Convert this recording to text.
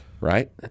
right